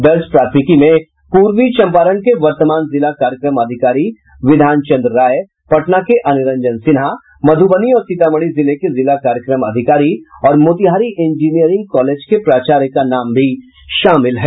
दर्ज प्राथमिकी में पूर्वी चंपारण के वर्तमान जिला कार्यक्रम अधिकारी विधान चन्द्र राय पटना के अनिरंजन सिन्हा मध्रबनी और सीतामढ़ी जिले के जिला कार्यक्रम अधिकारी और मोतिहारी इंजिनियरिंग कॉलेज के प्राचार्य का नाम भी शामिल हैं